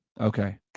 Okay